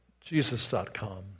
Jesus.com